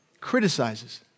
criticizes